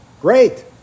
Great